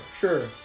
sure